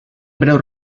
breu